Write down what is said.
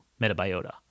Metabiota